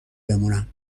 بمونم